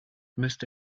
müsste